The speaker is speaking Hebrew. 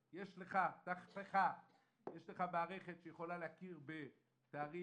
יש לך מערכת שיכולה להכיר בתארים.